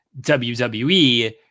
WWE